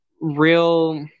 real